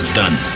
done